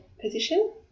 position